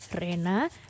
Rena